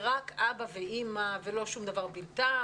ורק אבא ואימא ולא שום דבר בלתם,